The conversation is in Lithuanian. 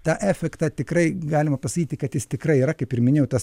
tą efektą tikrai galima pasakyti kad jis tikrai yra kaip ir minėjau tas